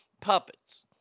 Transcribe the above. puppets